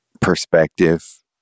perspective